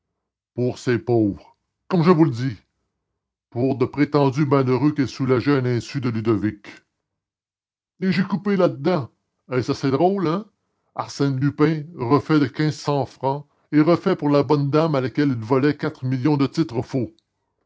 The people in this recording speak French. pour ses pauvres comme je vous le dis pour de prétendus malheureux qu'elle soulageait à l'insu de ludovic et j'ai coupé là-dedans est-ce assez drôle hein arsène lupin refait de quinze cents francs et refait par la bonne dame à laquelle il volait quatre millions de titres faux